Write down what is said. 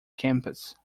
campus